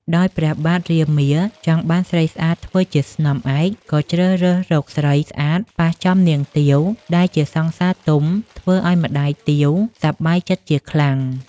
ដោយព្រះបាទរាមាចង់បានស្រីស្អាតធ្វើជាស្នំឯក ក៏ជ្រើសរើសរកស្រីស្អាតប៉ះចំនាងទាវដែលជាសង្សារទុំធ្វើឲ្យម្តាយទាវសប្បាយចិត្តជាខ្លាំង។